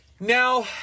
Now